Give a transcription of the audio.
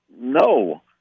no